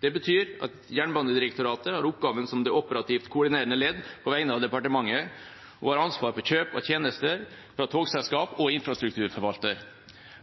Det betyr at Jernbanedirektoratet har oppgaven som det operativt koordinerende ledd på vegne av departementet og har ansvar for kjøp av tjenester fra togselskap og infrastrukturforvalter.